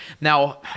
now